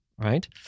Right